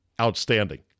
outstanding